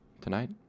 Tonight